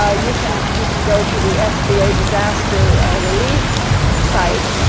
ah you can you can go to the sba disaster relief site,